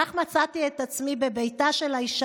כך מצאתי את עצמי בביתה של האישה,